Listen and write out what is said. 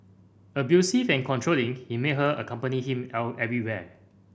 abusive and controlling he made her accompany him everywhere